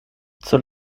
zur